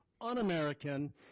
un-American